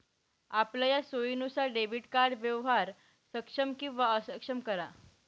आपलया सोयीनुसार debit card व्यवहार सक्षम किंवा अक्षम करा